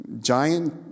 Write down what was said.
giant